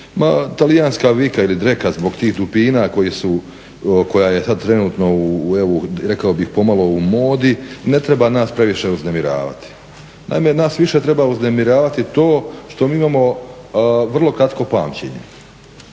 talijanska vika ili dreka zbog tih dupina koja je sada trenutno rekao bih pomalo u modi ne treba nas previše uznemiravati. Naime, nas više treba uznemiravati to što mi imamo vrlo kratko pamćenje,